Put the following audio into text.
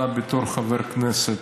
אתה בתור חבר כנסת